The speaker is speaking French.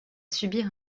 subir